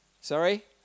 sorry